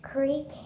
Creek